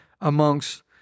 amongst